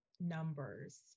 numbers